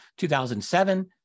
2007